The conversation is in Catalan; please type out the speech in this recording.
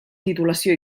titulació